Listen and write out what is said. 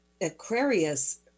Aquarius